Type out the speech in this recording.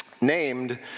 named